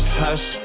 hush